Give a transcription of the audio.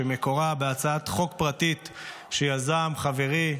שמקורה בהצעת חוק פרטית שיזם חברי,